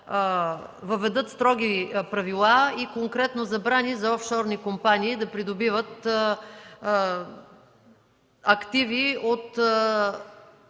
въведат строги правила и конкретно забрани за офшорни компании да придобиват активи от